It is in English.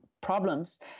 problems